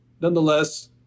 nonetheless